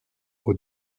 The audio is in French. aux